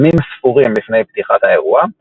ימים ספורים לפני פתיחת האירוע,